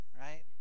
right